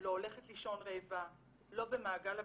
לא הולכת לישון רעבה, לא במעגל הבדידות,